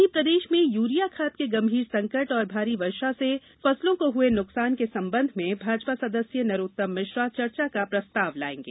वहीं प्रदेश में यूरिया खाद के गंभीर संकट और भारी बारिश से फसलों को हुए नुकसान के संबंध में भाजपा सदस्य नरोत्तम मिश्रा चर्चा का प्रस्ताव लायेंगे